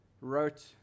wrote